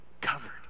covered